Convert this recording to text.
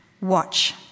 Watch